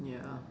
ya